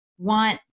want